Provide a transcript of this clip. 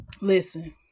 listen